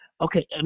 Okay